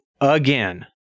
again